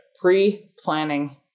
Pre-planning